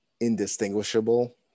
indistinguishable